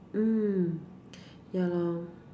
mm ya loh